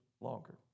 longer